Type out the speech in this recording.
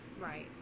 Right